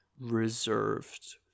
reserved